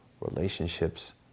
relationships